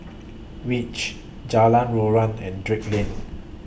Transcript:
REACH Jalan Joran and Drake Lane